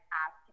ask